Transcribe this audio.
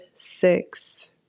Six